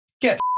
get